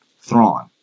Thrawn